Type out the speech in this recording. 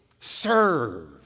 Serve